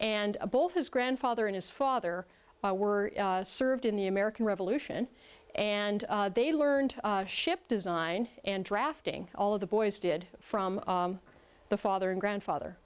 and both his grandfather and his father were served in the american revolution and they learned ship design and drafting all of the boys did from the father and grandfather